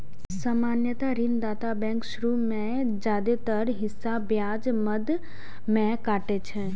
सामान्यतः ऋणदाता बैंक शुरू मे जादेतर हिस्सा ब्याज मद मे काटै छै